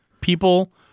people